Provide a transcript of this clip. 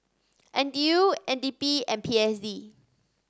N T U N D P and P S D